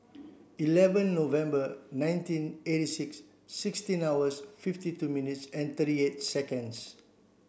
eleven November nineteen eighty six sixteen hours fifty two minutes and thirty eight seconds